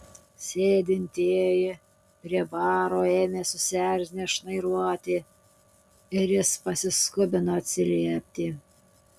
sėdintieji prie baro ėmė susierzinę šnairuoti ir jis pasiskubino atsiliepti